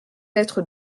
être